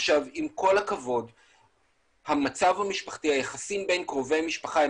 זה מתחבר להחלטה הממשלה 260 שקשורה להאצה הדיגיטלית,